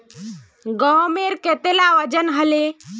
गहोमेर कतेला वजन हले